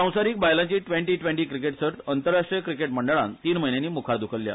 संवसारिक बायलांची twenty twenty cricket सर्त अंतरराष्ट्रीय क्रिकेट मंडळान तीन महिन्यांनी मुखार धुकल्ल्या